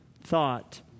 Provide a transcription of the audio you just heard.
thought